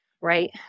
right